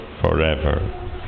forever